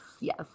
yes